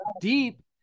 deep